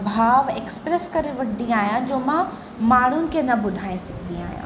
भाव एक्सप्रेस करे वठंदी आहियां जो मां माण्हुनि खे न ॿुधाए सघंदी आहियां